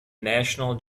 national